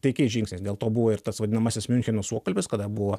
taikiais žingsniais dėl to buvo ir tas vadinamasis miuncheno suokalbis kada buvo